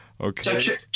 Okay